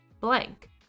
blank